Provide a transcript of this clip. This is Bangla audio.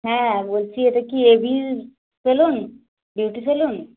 হ্যাঁ বলছি এটা কি এ ভির সেলুন বিউটি সেলুন